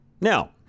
Now